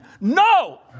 No